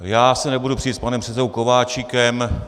Já se nebudu přít s panem předsedou Kováčikem.